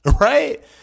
right